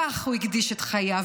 לכך הוא הקדיש את חייו,